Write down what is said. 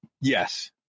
Yes